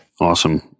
Awesome